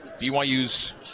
BYU's